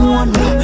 one